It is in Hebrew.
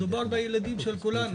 מדובר בילדים של כולנו,